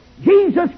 Jesus